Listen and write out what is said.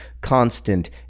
constant